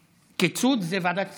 קיצוץ זה ועדת כספים.